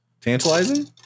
Tantalizing